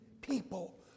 people